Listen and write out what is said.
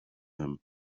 him